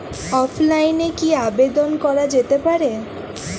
অফলাইনে কি আবেদন করা যেতে পারে?